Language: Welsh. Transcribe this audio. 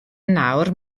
nawr